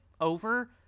over